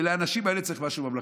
ולאנשים האלה צריך משהו ממלכתי.